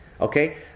Okay